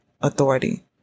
authority